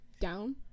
Down